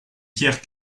pierre